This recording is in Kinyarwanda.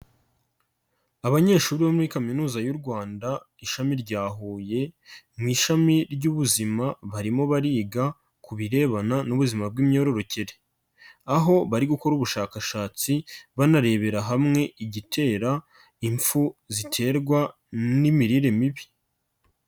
Abanyeshuri bo muri kaminuza y'u Rwanda ishami rya Huye mu ishami ry'ubuzima barimo bariga ku birebana n'ubuzima bw'imyororokere aho bari gukora ubushakashatsi banarebera hamwe igitera impfu ziterwa n'imirire mibi.